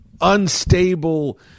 unstable